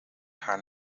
haar